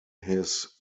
his